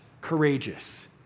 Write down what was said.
courageous